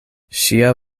ŝia